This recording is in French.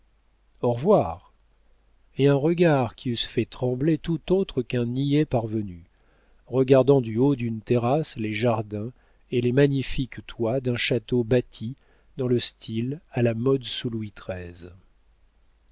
au revoir et un regard qui eussent fait trembler tout autre qu'un niais parvenu regardant du haut d'une terrasse les jardins et les magnifiques toits d'un château bâti dans le style à la mode sous louis